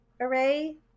array